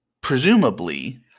presumably